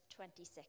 26